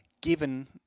given